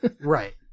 Right